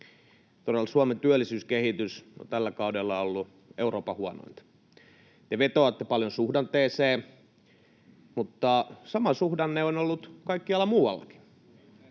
Todella Suomen työllisyyskehitys on tällä kaudella ollut Euroopan huonointa, ja vetoatte paljon suhdanteeseen, mutta sama suhdanne on ollut kaikkialla muuallakin.